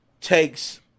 takes